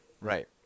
Right